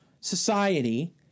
society